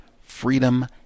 freedom